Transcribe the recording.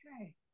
Okay